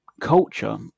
culture